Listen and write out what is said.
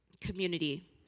community